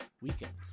weekends